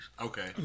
Okay